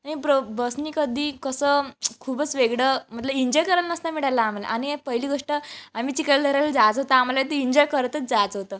आणि प्र बसनी कधी कसं खूपच वेगळं मतलब इंजॉय करणं नसतं मिळालं आम्हाला आणि पहिली गोष्ट आम्ही चिखलदऱ्याला जायचं होतं आम्हाला ते इंजॉय करतच जायचं होतं